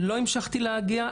לא המשכתי להגיע,